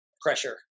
pressure